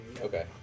Okay